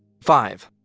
five.